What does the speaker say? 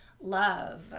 love